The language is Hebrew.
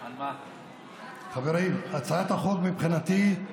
חברים, הצעת החוק, מבחינתי,